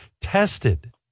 tested